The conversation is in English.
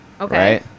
Okay